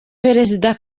perezida